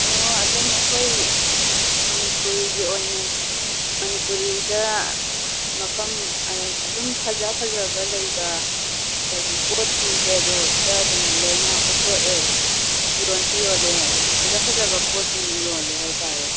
ꯑꯣ ꯑꯗꯨꯝ ꯑꯩꯈꯣꯏ ꯃꯅꯤꯄꯨꯔꯤꯒꯤ ꯑꯣꯏꯅ ꯃꯅꯤꯄꯨꯔꯤꯗ ꯃꯐꯝ ꯑꯗꯨꯝ ꯐꯖ ꯐꯖꯕ ꯂꯩꯕ ꯀꯔꯤ ꯄꯣꯠꯁꯤꯡꯁꯦ ꯑꯗꯨꯗ ꯑꯗꯨꯝ ꯂꯣꯏꯅ ꯎꯠꯊꯣꯛꯑꯦ ꯌꯣꯟꯁꯨ ꯌꯣꯜꯂꯦ ꯑꯗꯨꯝ ꯐꯖ ꯐꯖꯕ ꯄꯣꯠꯁꯤꯡ ꯌꯣꯜꯂꯦ ꯍꯥꯏꯇꯥꯔꯦ